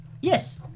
yes